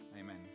amen